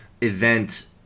event